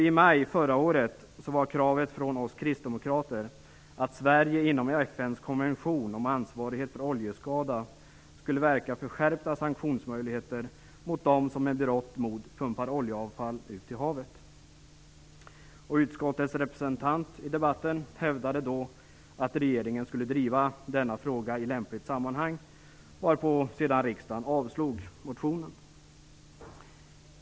I maj förra året var kravet från oss kristdemokrater att Sverige inom FN:s konvention om ansvarighet för oljeskada skulle verka för skärpta sanktionsmöjligheter mot dem som med berått mod pumpar oljeavfall ut i havet. Utskottets representant i debatten hävdade då att regeringen skulle driva denna fråga i lämpligt sammanhang, varpå riksdagen sedan avslog motionen.